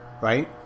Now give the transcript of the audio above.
right